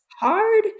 hard